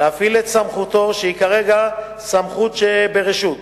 להפעיל את סמכותו, שהיא כרגע סמכות שברשות,